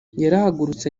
yarahagurutse